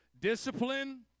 Discipline